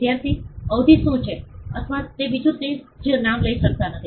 વિદ્યાર્થી અવધિ શું છે અથવા તે બીજું તે જ નામ લઈ શકતા નથી